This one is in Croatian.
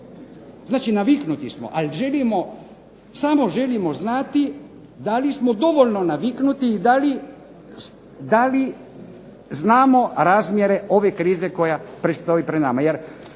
znači naviknuti smo ali želimo, samo želimo znati da li smo dovoljno naviknuti i da li znamo razmjere ove krize koja predstoji pred nama.